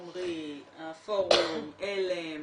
עומרי, הפורום, על"ם,